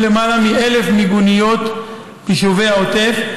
למעלה מ-1,000 מיגוניות ביישובי העוטף,